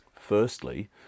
Firstly